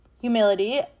humility